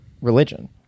religion